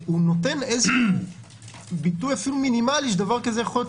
הוא נותן ביטוי מינימלי שדבר כזה יכול להיות